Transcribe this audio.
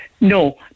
No